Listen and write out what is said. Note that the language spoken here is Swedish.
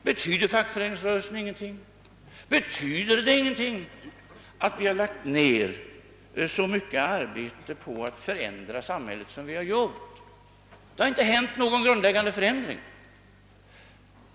Betyder fackföreningsrörelsen ingenting? Betyder det ingenting att vi har lagt ned så mycket arbete på att förändra samhället som vi har gjort? »Ingen grundläggande förändring» har inträffat!